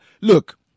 look